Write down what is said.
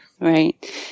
Right